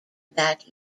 that